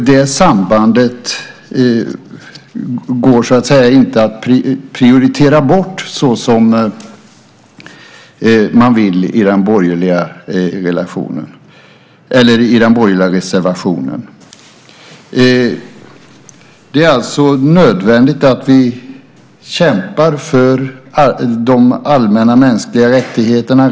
Det sambandet går inte att prioritera bort så som man vill i den borgerliga reservationen. Det är alltså nödvändigt att vi kämpar för de allmänna mänskliga rättigheterna.